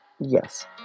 Yes